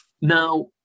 Now